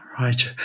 Right